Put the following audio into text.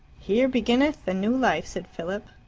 here beginneth the new life, said philip.